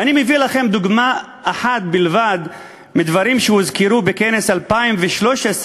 ואני מביא לכם דוגמה אחת בלבד מדברים שהוזכרו בכנס 2013,